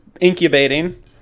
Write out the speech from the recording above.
incubating